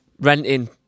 renting